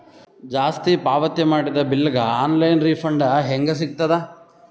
ಜಾಸ್ತಿ ಪಾವತಿ ಮಾಡಿದ ಬಿಲ್ ಗ ಆನ್ ಲೈನ್ ರಿಫಂಡ ಹೇಂಗ ಸಿಗತದ?